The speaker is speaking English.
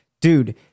dude